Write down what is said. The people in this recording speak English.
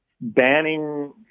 Banning